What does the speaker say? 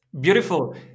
Beautiful